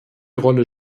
rolle